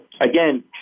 again